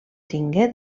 tingué